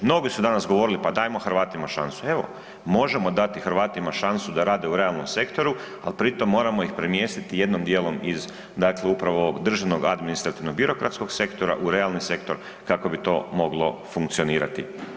Mnogi su danas govorili pa dajmo Hrvatima šansu, evo možemo dati Hrvatima šansu da rade u realnom sektoru, al pritom moramo ih premjestiti jednom djelom iz dakle upravo ovog državnog, administrativnog, birokratskog sektora u realni sektor kako bi to moglo funkcionirati.